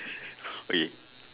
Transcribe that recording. okay